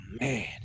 man